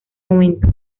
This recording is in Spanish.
momento